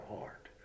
heart